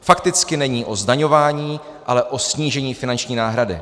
Fakticky není o zdaňování, ale o snížení finanční náhrady.